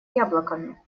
яблоками